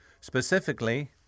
Specifically